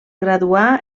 graduà